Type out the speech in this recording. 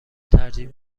ترجیح